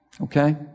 Okay